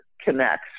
connects